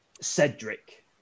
Cedric